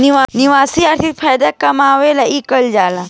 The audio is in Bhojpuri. निवेश आर्थिक फायदा कमाए ला कइल जाला